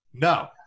No